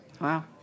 Wow